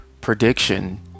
Prediction